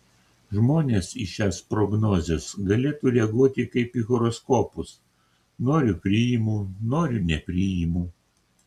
žmonės į šias prognozes galėtų reaguoti kaip į horoskopus noriu priimu noriu nepriimu